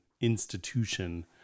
institution